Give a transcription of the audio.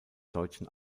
deutschen